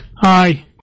hi